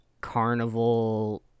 Carnival